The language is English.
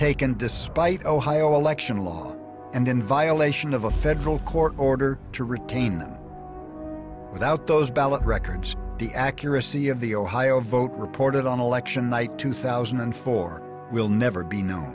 taken despite ohio election law and in violation of a federal court order to retain without those ballot records the accuracy of the ohio vote reported on election night two thousand and four will never be kno